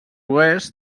oest